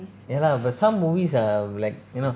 ya lah but some movies are like you know